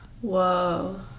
Whoa